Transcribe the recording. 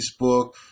Facebook